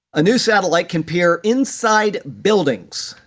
a new satellite can peer inside buildings,